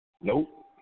Nope